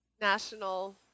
national